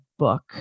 book